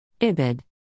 Ibid